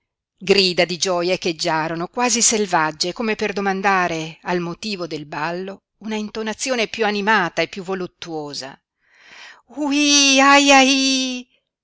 grida di gioia echeggiarono quasi selvagge come per domandare al motivo del ballo una intonazione piú animata e piú voluttuosa uhí ahiahi tutti